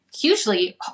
hugely